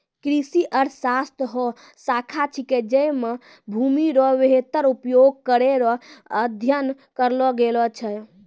कृषि अर्थशास्त्र हौ शाखा छिकै जैमे भूमि रो वेहतर उपयोग करै रो अध्ययन करलो गेलो छै